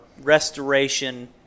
restoration